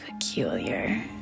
peculiar